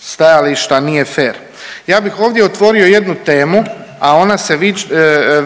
stajališta nije fer. Ja bih ovdje otvorio jednu temu, a ona se